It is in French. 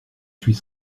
suis